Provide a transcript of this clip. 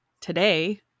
Today